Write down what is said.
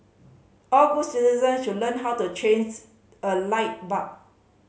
all good citizen should learn how to change a light bulb